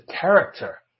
character